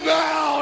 now